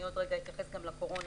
אתייחס גם לקורונה,